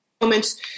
moments